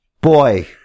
Boy